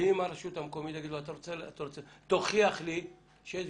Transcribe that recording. והרשות המקומית תגיד לו: תוכיח לי שיש